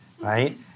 right